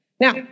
Now